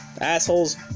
assholes